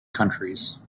countries